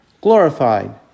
Glorified